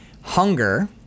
Hunger